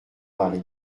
mari